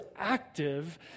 active